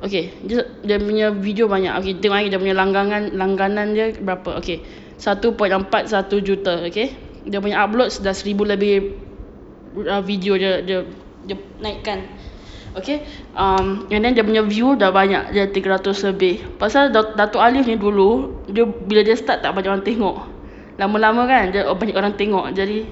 okay dia dia punya video banyak okay tengok eh dia punya langganan langganan berapa okay satu point empat satu juta okay dia punya upload dah seribu lebih ah video dia dia dia naik kan okay um and then dia punya view dah banyak dia tiga ratus lebih pasal dato aliff ni dulu dia bila dia start tak banyak orang tengok lama-lama kan banyak orang tengok jadi